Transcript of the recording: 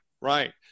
Right